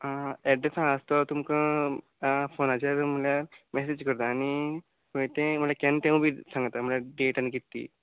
आ address हांगां आस तो तुमकां फोनाचेर म्हळ्ळ्यार मॅसेज करता आनी माय तें म्हळ्या केन्न तें बी सांगता म्हळ्या डेट आनी कित् ती